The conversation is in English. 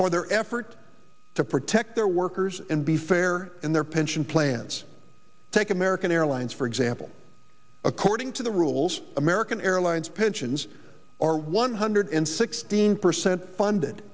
for their effort to protect their workers and be fair in their pension plans take american airlines for example according to the rules american airlines pensions are one hundred sixteen percent funded